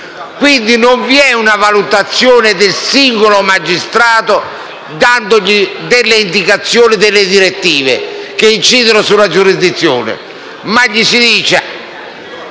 Quindi non vi è una valutazione del singolo magistrato a cui si danno delle indicazioni e delle direttive che incidono sulla giurisdizione, ma gli si dice: